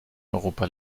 europa